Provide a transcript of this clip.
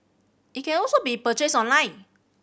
it can also be purchase online